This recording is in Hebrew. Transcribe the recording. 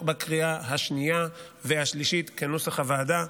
בקריאה השנייה והשלישית כנוסח הוועדה.